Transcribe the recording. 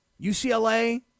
UCLA